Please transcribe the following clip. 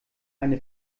eine